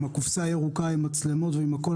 עם הקופסה הירוקה, עם מצלמות ועם הכול.